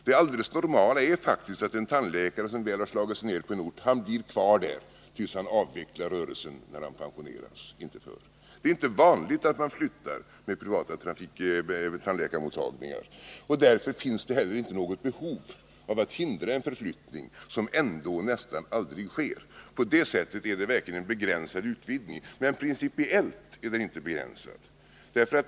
Det normala är faktiskt att en tandläkare som väl har slagit sig ner på en ort blir kvar där tills han avvecklar rörelsen när han pensioneras — inte förr. Det ärinte vanligt att man flyttar privata tandläkarmottagningar. Därför finns det inte heller något behov av att hindra en förflyttning som ändå nästan aldrig sker. På det sättet är det verkligen fråga om en begränsad utvidgning, men principiellt är den inte begränsad.